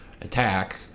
attack